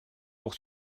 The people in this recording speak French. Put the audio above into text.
pour